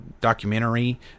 documentary